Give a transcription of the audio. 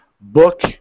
book